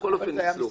ובכל אופן ניצלו.